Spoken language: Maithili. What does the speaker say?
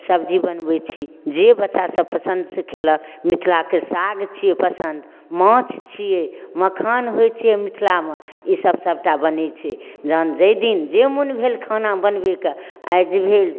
सब्जी बनबै छी जे बच्चा सब पसन्द से खेलक मिथिलाके साग छी पसन्द माछ छियै मखान होइ छै मिथिला मे ई सब सबटा बनै छै जहन जाहि दिन जे मन भेल खाना बनबै के आइ जे भेल